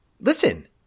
listen –